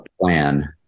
plan